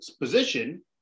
position